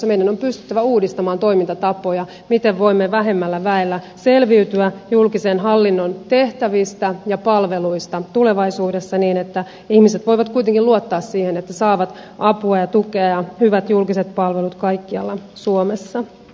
meidän on pystyttävä uudistamaan toimintatapoja miten voimme vähemmällä väellä selviytyä julkisen hallinnon tehtävistä ja palveluista tulevaisuudessa niin että ihmiset voivat kuitenkin luottaa siihen että saavat apua ja tukea ja hyvät julkiset palvelut kaikkialla suomessa